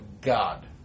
God